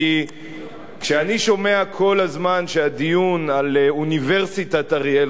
כי כשאני שומע כל הזמן שהדיון על אוניברסיטת אריאל,